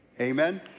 Amen